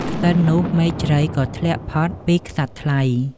ក្សិណនោះ មែកជ្រៃក៏ធ្លាក់ផុតពីក្សត្រថ្លៃ។